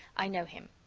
i know him.